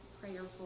prayerful